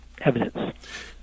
evidence